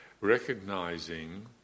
recognizing